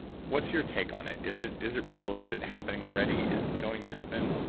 what's your take on it? is it is it real? is it happening already? is it going to happen?